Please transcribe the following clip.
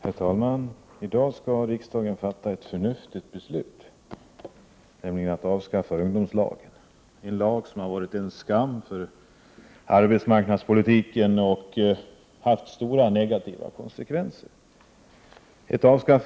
Herr talman! I dag skall riksdagen fatta ett förnuftigt beslut, nämligen att avskaffa ungdomslagen, en lag som har varit en skam för arbetsmarknadspolitiken och haft stora negativa konsekvenser.